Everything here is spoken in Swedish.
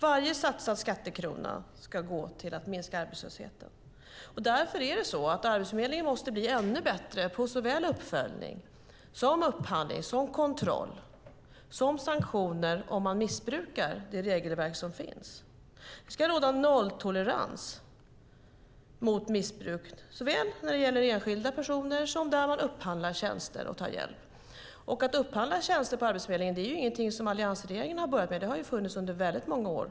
Varje satsad skattekrona ska gå till att minska arbetslösheten. Därför måste Arbetsförmedlingen bli ännu bättre på såväl uppföljning, upphandling och kontroll som på sanktioner om man missbrukar de regelverk som finns. Det ska råda nolltolerans mot missbruk både när det gäller enskilda personer och när man upphandlar tjänster och tar hjälp. Att Arbetsförmedlingen upphandlar tjänster är ingenting som alliansregeringen börjat med. Det har funnits under många år.